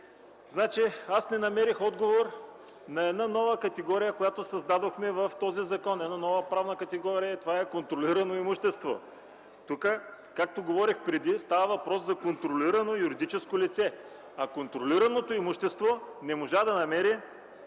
тях. Аз не намерих отговор на една нова категория, която създадохме в този закон – една нова правна категория, и това е „контролирано имущество”. Тук, както говорих преди, става въпрос за контролирано юридическо лице, а контролираното имущество не можа да намери